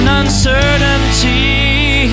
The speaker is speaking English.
uncertainty